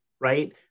right